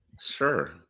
Sure